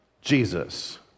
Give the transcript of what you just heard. Jesus